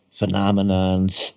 phenomenons